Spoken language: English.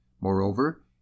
Moreover